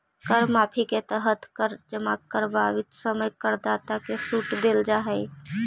कर माफी के तहत कर जमा करवावित समय करदाता के सूट देल जाऽ हई